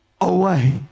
away